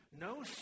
no